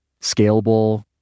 scalable